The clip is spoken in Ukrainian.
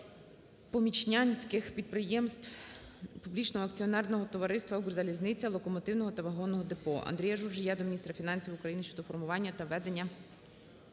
Дякую.